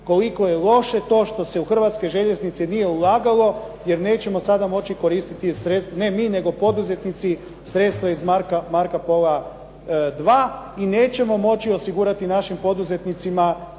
koliko je loše to što se u Hrvatske željeznice nije ulagalo jer nećemo sada moći koristiti ne mi nego poduzetnici sredstva iz "Marca Pola II" i nećemo moći osigurati našim poduzetnicima